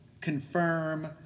confirm